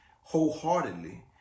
wholeheartedly